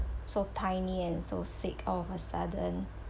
so tiny and so sick all of a sudden